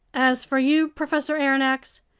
as for you, professor aronnax,